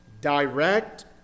direct